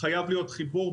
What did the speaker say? חייב להיות חיבור,